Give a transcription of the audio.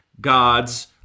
gods